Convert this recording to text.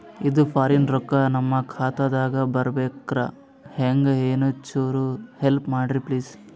ಇದು ಫಾರಿನ ರೊಕ್ಕ ನಮ್ಮ ಖಾತಾ ದಾಗ ಬರಬೆಕ್ರ, ಹೆಂಗ ಏನು ಚುರು ಹೆಲ್ಪ ಮಾಡ್ರಿ ಪ್ಲಿಸ?